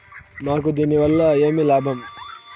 మాకు దీనివల్ల ఏమి లాభం